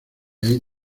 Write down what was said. hay